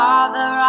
Father